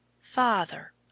FATHER